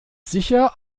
sicher